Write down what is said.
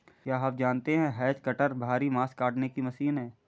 क्या आप जानते है हैज कटर भारी घांस काटने की मशीन है